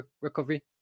recovery